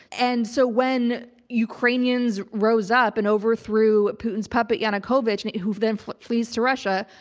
and so when ukrainians rose up and overthrew putin's puppet yanukovych who then flees flees to russia,